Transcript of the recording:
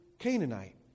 Canaanite